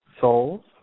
souls